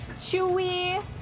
chewy